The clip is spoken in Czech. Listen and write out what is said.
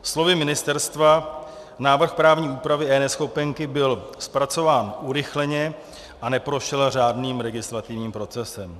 Slovy ministerstva, návrh právní úpravy eNeschopenky byl zpracován urychleně a neprošel řádným legislativním procesem.